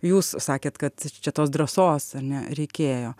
jūs sakėt kad čia tos drąsos ar ne reikėjo